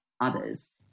others